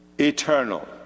eternal